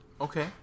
Okay